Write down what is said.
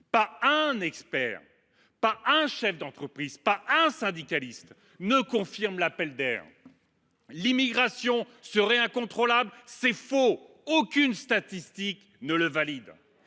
pas un expert, pas un chef d’entreprise, pas un syndicaliste ne confirme. L’immigration serait incontrôlable. C’est faux ! Aucune statistique ne le valide.